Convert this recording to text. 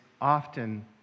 often